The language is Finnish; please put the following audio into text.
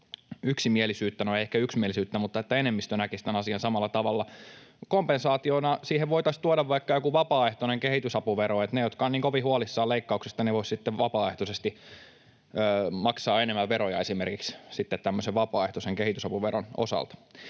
yksimielisyyttä — no, ehkä ei yksimielisyyttä, mutta toivottavasti enemmistö näkisi tämän asian samalla tavalla. Kompensaationa siihen voitaisiin tuoda vaikka joku vapaaehtoinen kehitysapuvero, niin että ne, jotka ovat niin kovin huolissaan leikkauksista, voisivat sitten vapaaehtoisesti maksaa enemmän veroja esimerkiksi tämmöisen vapaaehtoisen kehitysapuveron osalta.